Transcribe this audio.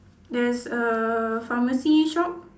there's a pharmacy shop